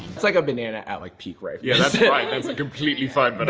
it's like a banana at like peak ripe. yeah that's ripe. that's a completely fine but